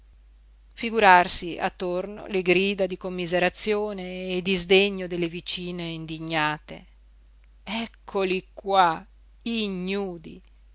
figurarsi attorno le grida di commiserazione e di sdegno delle vicine indignate eccoli qua ignudi